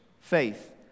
faith